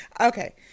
Okay